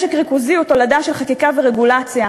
משק ריכוזי הוא תולדה של חקיקה ורגולציה,